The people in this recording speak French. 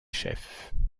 chefs